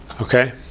Okay